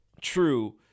true